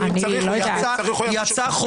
יצא חוצץ נגדך.